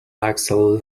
axle